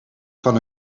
van